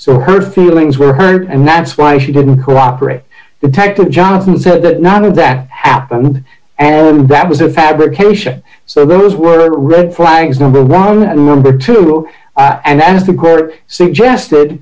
so her feelings were hurt and that's why she didn't cooperate detective johnson said that none of that happened and that was a fabrication so those were red flags number one and number two and as the court suggested